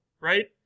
right